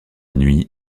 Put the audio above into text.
nuit